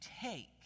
take